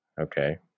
Okay